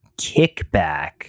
kickback